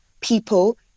people